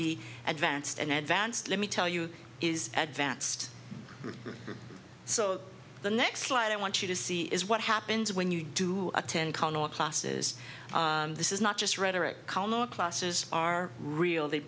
be advanced and advanced let me tell you is advanced so the next light i want you to see is what happens when you do attend con or classes this is not just rhetoric classes are real they